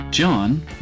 John